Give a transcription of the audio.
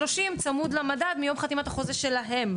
330צמוד למדד, מיום חתימת החוזה שלהם.